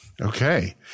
okay